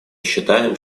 считаем